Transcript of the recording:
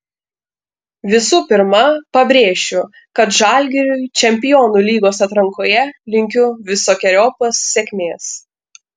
visų pirma pabrėšiu kad žalgiriui čempionų lygos atrankoje linkiu visokeriopos sėkmės